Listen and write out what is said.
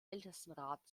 ältestenrat